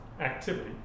activity